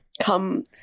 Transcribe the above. come